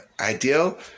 ideal